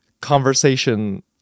conversation